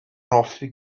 hoffi